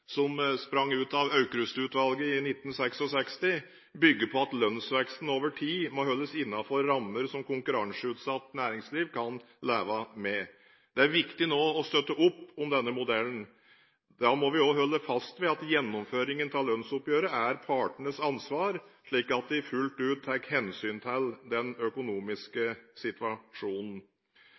som sprang ut av Aukrust-utvalget i 1966, bygger på at lønnsveksten over tid må holdes innenfor rammer som konkurranseutsatt næringsliv kan leve med. Det er viktig nå å støtte opp om denne modellen. Da må vi òg holde fast ved at gjennomføringen av lønnsoppgjøret er partenes ansvar, slik at de fullt ut tar hensyn til den økonomiske situasjonen.